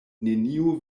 neniu